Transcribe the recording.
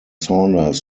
saunders